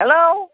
hello